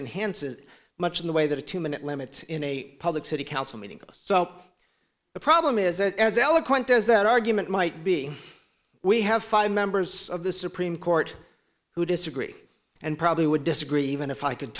enhances much in the way that a two minute limits in a public city council meeting so the problem is that as eloquent as that argument might be we have five members of the supreme court who disagree and probably would disagree even if i could